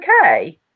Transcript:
okay